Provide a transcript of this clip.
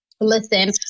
Listen